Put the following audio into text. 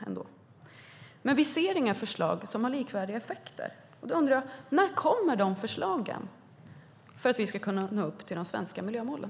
Vi ser dock inga förslag som har likvärdiga effekter. När kommer era förslag för att vi ska kunna nå de svenska miljömålen?